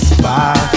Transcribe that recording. Bye